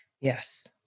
Yes